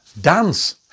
dance